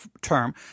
term